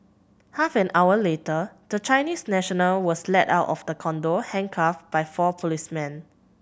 half an hour later the Chinese national was led out of the condo handcuffed by four policemen